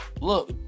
Look